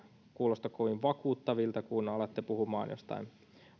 kuulosta kovin vakuuttavilta kun alatte puhumaan